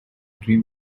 dream